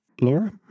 laura